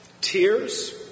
tears